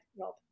Rob